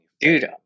Dude